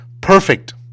perfect